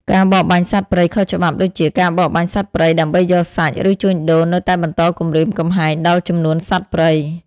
ការបរបាញ់សត្វព្រៃខុសច្បាប់ដូចជា ការបរបាញ់សត្វព្រៃដើម្បីយកសាច់ ឬជួញដូរនៅតែបន្តគំរាមកំហែងដល់ចំនួនសត្វព្រៃ។